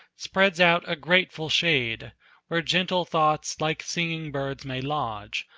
spreads out a grateful shade where gentle thoughts like singing birds may lodge,